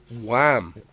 Wham